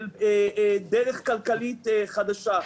של דרך כלכלית חדשה.